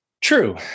True